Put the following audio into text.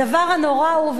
הדבר הנורא הוא,